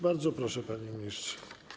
Bardzo proszę, panie ministrze.